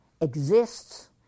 exists